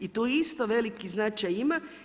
I tu isto veliki značaj ima.